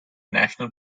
national